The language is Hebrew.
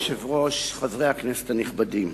אדוני היושב-ראש, חברי הכנסת הנכבדים,